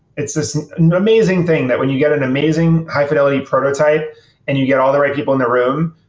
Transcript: it's this amazing thing that when you get an amazing, high-fidelity prototype and you get all the right people in the room,